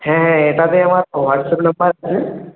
হ্যাঁ এটাতেই আমার ওয়াটসআপ নম্বর আছে